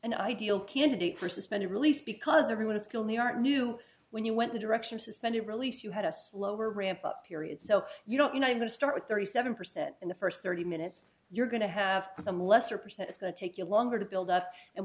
an ideal candidate for suspended release because everyone is killed they are new when you went the direction suspended release you had a slower ramp up period so you don't you know i'm going to start with thirty seven percent in the first thirty minutes you're going to have some lesser percent it's going to take you longer to build up and